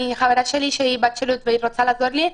חברה שלי שהיא בת שירות והיא רוצה לעזור לי,